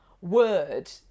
word